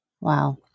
Wow